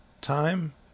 time